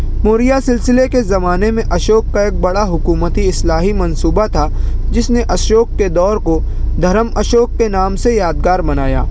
موریہ سلسلے کے زمانے میں اشوک کا ایک بڑا حکومتی اصلاحی منصوبہ تھا جس نے اشوک کے دور کو دھرم اشوک کے نام سے یاد گار بنایا